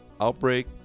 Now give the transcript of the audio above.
Outbreak